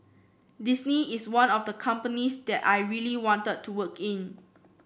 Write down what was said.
Disney is one of the companies that I really wanted to work in